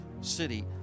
city